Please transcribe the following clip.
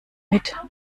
mit